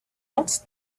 else